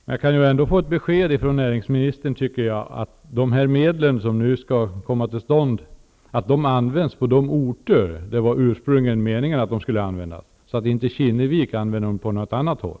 Fru talman! Men jag tycker ändå att jag kan få besked från näringsministern om att de medel som nu skall anslås används på de orter där det ursprunglingen var meningen att de skulle användas, så att inte Kinnevik använder dem på annat håll.